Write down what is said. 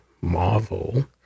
Marvel